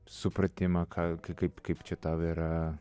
supratimą ką kaip kaip čia tau yra